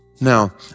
Now